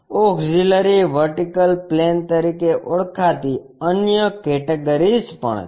auxiliary vertical plane તરીકે ઓળખાતી અન્ય કેટેગરીઝ પણ છે